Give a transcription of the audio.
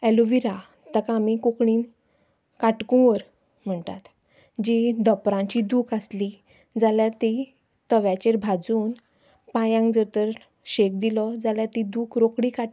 aloe vera ताका आमी कोंकणीन काटकुंवर म्हणटात जी धोंपराची दूक आसली जाल्यार ती तव्याचेर भाजून पांयांक जर तर शेक दिलो जाल्यार ती दूक रोकडी काडटा